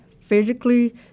physically